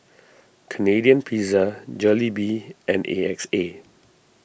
Canadian Pizza Jollibee and A X A